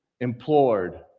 implored